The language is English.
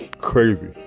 crazy